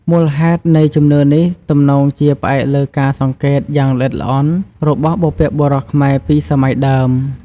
មូលហេតុនៃជំនឿនេះទំនងជាផ្អែកលើការសង្កេតយ៉ាងល្អិតល្អន់របស់បុព្វបុរសខ្មែរពីសម័យដើម។